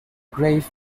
grave